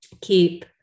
keep